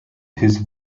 his